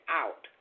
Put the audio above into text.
out